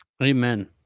Amen